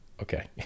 Okay